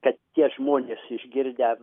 kad tie žmonės išgirdę